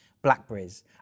Blackberries